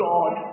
God